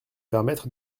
permettre